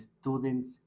students